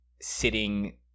sitting